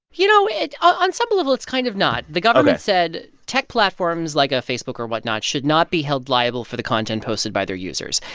you know, it on some level, it's kind of not. the government. ok. said tech platforms, like a facebook or whatnot, should not be held liable for the content posted by their users.